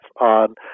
on